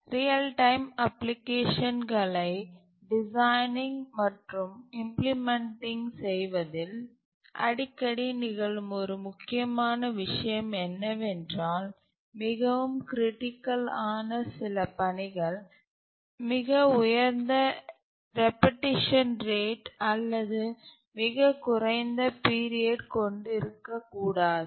real time அப்ளிகேஷன்களை designing மற்றும் implementing செய்வதில் அடிக்கடி நிகழும் ஒரு முக்கியமான விஷயம் என்னவென்றால் மிகவும் கிரிட்டிக்கல் ஆன சில பணிகள் மிக உயர்ந்த ரெபெட்டிஷன் ரேட் அல்லது மிகக் குறைந்த பீரியட் கொண்டிருக்கக்கூடாது